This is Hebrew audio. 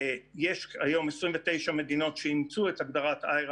יש היום 29 מדינות שאימצו את הגדרת IHRA